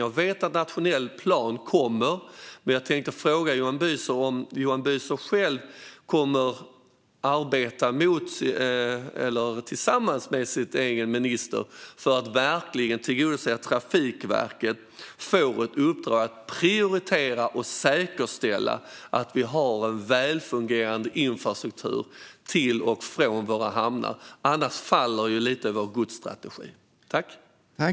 Jag vet att den nationella planen kommer, men jag vill fråga Johan Büser om han själv kommer att arbeta tillsammans med sin minister för att tillgodose att Trafikverket får ett uppdrag att prioritera och säkerställa att vi har en välfungerande infrastruktur till och från våra hamnar. Om vi inte har det faller godsstrategin lite.